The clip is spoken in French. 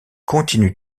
continue